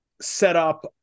setup